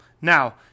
Now